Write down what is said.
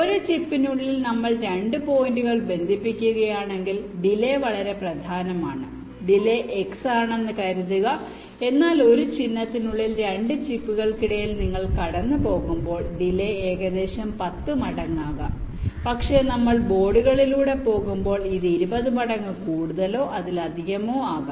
ഒരു ചിപ്പിനുള്ളിൽ നമ്മൾ 2 പോയിന്റുകൾ ബന്ധിപ്പിക്കുകയാണെങ്കിൽ ഡിലെ വളരെ പ്രധാനമാണ് ഡിലെ X ആണെന്ന് കരുതുക എന്നാൽ ഒരു ചിഹ്നത്തിനുള്ളിൽ 2 ചിപ്പുകൾക്കിടയിൽ നിങ്ങൾ കടന്നുപോകുമ്പോൾ ഡി ലെ ഏകദേശം 10 മടങ്ങ് ആകാം പക്ഷേ നമ്മൾ ബോർഡുകളിലൂടെ പോകുമ്പോൾ ഇത് 20 മടങ്ങ് കൂടുതലോ അതിലധികമോ ആകാം